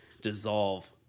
dissolve